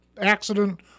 accident